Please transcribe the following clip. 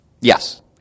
Yes